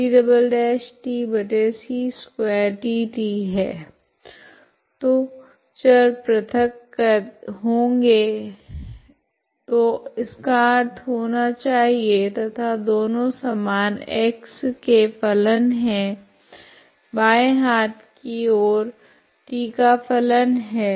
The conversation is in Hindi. तो चर प्रथक होगे है तो इसका अर्थ होना चाहिए तथा दोनों समान x के फलन है बाएँ हाथ की ओर t का फलन है